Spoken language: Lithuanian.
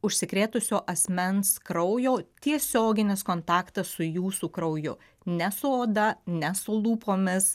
užsikrėtusio asmens kraujo tiesioginis kontaktas su jūsų krauju ne su oda ne su lūpomis